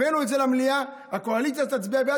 הבאנו את זה למליאה, הקואליציה תצביע בעד.